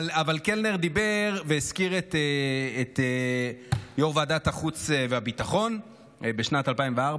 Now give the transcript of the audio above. אבל קלנר דיבר והזכיר את יו"ר ועדת החוץ והביטחון בשנת 2004,